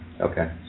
Okay